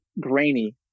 grainy